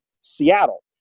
Seattle